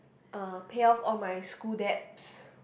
uh pay off all my school debts